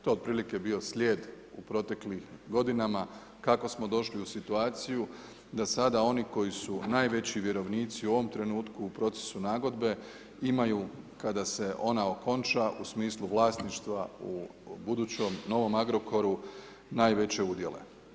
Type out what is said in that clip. To je otprilike bio slijed u proteklim godinama kako smo došli u situaciju da sada oni koji su najveći vjerovnici u ovom trenutku u procesu nagodbe imaju kada se ona okonča u smislu vlasništva u budućem novom Agrokoru najveće udjele.